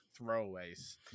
throwaways